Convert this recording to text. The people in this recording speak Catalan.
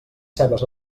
cebes